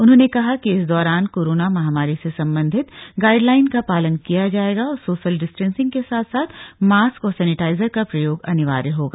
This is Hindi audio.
उन्होंने कहा कि इस दौरान कोरोना महामारी से संबंधित गाइड लाइन का पालन किया जाएगा और सोशल डिस्टेंसिंग के साथ साथ मास्क और सैनिटाइजर का प्रयोग अनिवार्य होगा